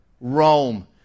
Rome